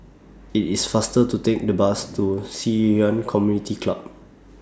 IT IS faster to Take The Bus to Ci Yuan Community Club